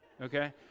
okay